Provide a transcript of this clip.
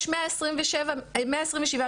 יש 127 מקרי רצח.